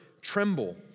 tremble